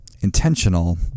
intentional